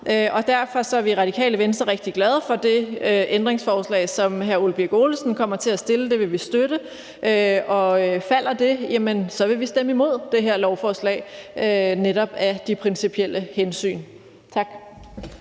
Derfor er vi i Radikale Venstre rigtig glade for det ændringsforslag, som hr. Ole Birk Olesen kommer til at stille. Det vil vi støtte, og falder det, vil vi stemme imod det her lovforslag netop af de principielle hensyn. Tak.